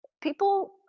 People